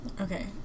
Okay